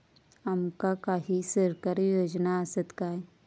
आमका काही सरकारी योजना आसत काय?